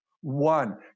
One